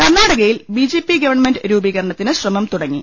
കർണാടകയിൽ B J P government രൂപീകരണത്തിന് ശ്രമം തുടങ്ങി